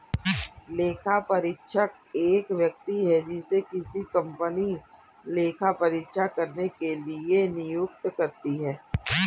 लेखापरीक्षक एक व्यक्ति है जिसे किसी कंपनी लेखा परीक्षा करने के लिए नियुक्त करती है